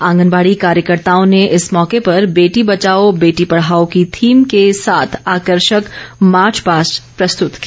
आंगनबाड़ी कार्यकर्ताओं ने इस मौके पर बेटी बचाओ बेटी पढ़ाओ की थीम के साथ आकर्षक मार्च पास्ट प्रस्तूत किया